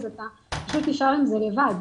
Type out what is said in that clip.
אתה פשוט נשאר עם זה לבד.